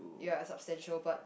ya substantial but